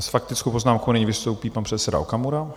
S faktickou poznámkou nyní vystoupí pan předseda Okamura.